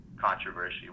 controversy